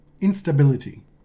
instability